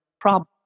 problem